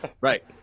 right